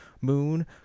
Moon